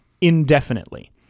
indefinitely